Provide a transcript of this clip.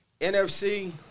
NFC